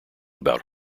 about